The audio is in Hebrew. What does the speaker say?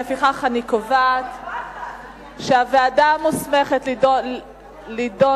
לפיכך אני קובעת שהוועדה המוסמכת לדון